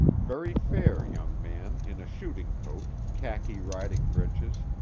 very fair young man in a shooting coat, khaki riding-breeches,